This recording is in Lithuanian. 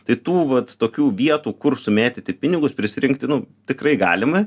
tai tų vat tokių vietų kur sumėtyti pinigus prisirinkti nu tikrai galima